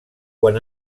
quan